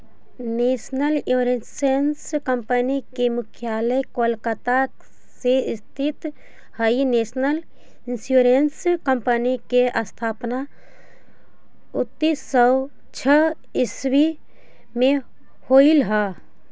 national insurance company के मुख्यालय कोलकाता में स्थित हइ नेशनल इंश्योरेंस कंपनी के स्थापना उन्नीस सौ छः ईसवी में होलई हल